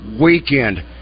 weekend